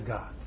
God